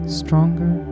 stronger